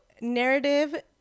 narrative